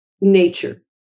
nature